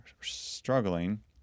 struggling